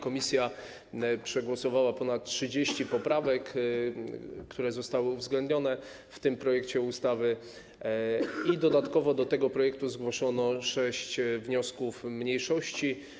Komisja przegłosowała ponad 30 poprawek, które zostały uwzględnione w tym projekcie ustawy, i dodatkowo do tego projektu zgłoszono 6 wniosków mniejszości.